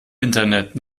internet